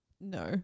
No